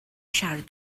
siarad